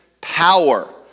power